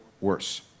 worse